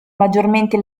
maggiormente